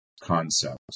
concept